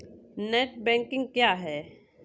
Net banking क्या है?